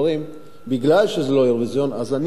בגלל שזה לא אירוויזיון אז אני פה לא